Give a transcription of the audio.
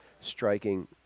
striking